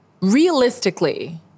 realistically